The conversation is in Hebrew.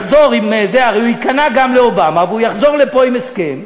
הרי הוא ייכנע גם לאובמה, והוא יחזור לפה עם הסכם,